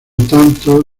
tanto